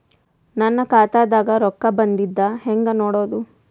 ನನ್ನ ಖಾತಾದಾಗ ರೊಕ್ಕ ಬಂದಿದ್ದ ಹೆಂಗ್ ನೋಡದು?